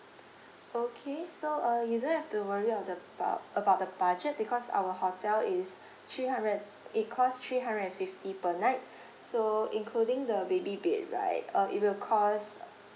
okay so uh you don't have to worry of the bout about the budget because our hotel is three hundred it costs three hundred and fifty per night so including the baby bed right uh it will cost